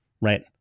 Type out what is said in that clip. right